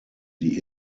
die